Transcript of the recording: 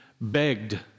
begged